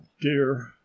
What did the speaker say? dear